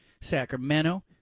Sacramento